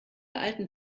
alten